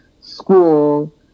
school